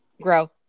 grow